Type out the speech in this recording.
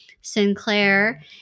Sinclair